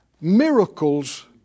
miracles